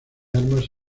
armas